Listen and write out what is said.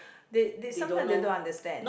they they sometimes they don't understand